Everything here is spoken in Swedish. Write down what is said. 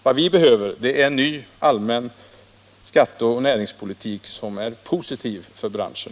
Vad vi behöver är en ny allmän skatteoch näringspolitik som är positiv för branschen.